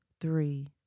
three